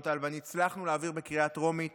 טל ואני הצלחנו להעביר בקריאה טרומית